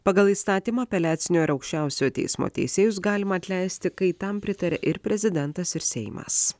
pagal įstatymą apeliacinio ar aukščiausiojo teismo teisėjus galima atleisti kai tam pritaria ir prezidentas ir seimas